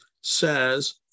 says